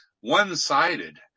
one-sided